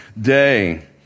day